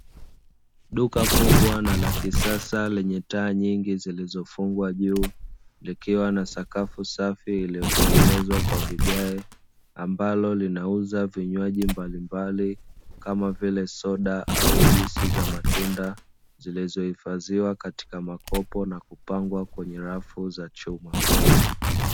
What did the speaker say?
Duka kubwa na la kisasa lenye taa nyingi zilizofungwa juu, likiwa na sakafu safi iliyotengenezwa kwa vigae ambalo linauza vinywaji mbalimbali, kama vile soda au juisi za matunda; zilizohifadhiwa katika makopo na kupangwa kwenye rafu za chuma.